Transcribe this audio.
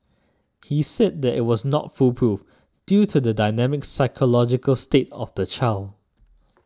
he said that it was not foolproof due to the dynamic psychological state of the child